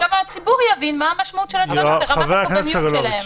וגם הציבור יבין מה המשמעות של הדברים ברמת הפרטניות שלהם.